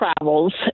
travels